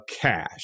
cash